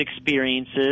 experiences